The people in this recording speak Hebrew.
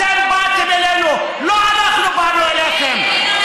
אתם באתם אלינו, לא אנחנו באנו אליכם.